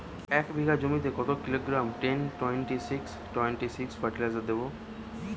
এক বিঘা জমিতে কত kilogram ten twenty six twenty six fertiliser দেবো?